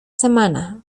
semana